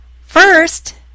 First